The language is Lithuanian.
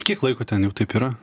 kiek laiko ten jau taip yra